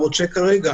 הוא רוצה עכשיו.